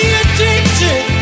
addicted